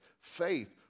Faith